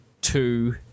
two